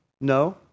No